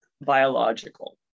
biological